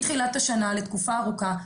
מתחילת השנה לתקופה ארוכה,